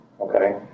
okay